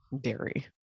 dairy